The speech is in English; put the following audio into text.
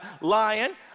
lion